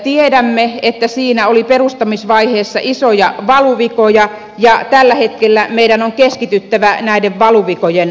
tiedämme että siinä oli perustamisvaiheessa isoja valuvikoja ja tällä hetkellä meidän on keskityttävä näiden valuvikojen korjaamiseen